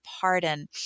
pardon